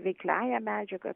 veikliąja medžiaga